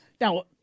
now